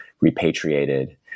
repatriated